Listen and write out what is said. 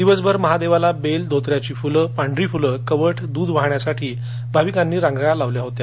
दिवसभर महादेवाला बेल धोतऱ्याचे फूल पांढरी फुले कवठ द्ध वाहण्यासाठी भाविकांनी रांगा लावल्या होत्या